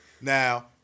Now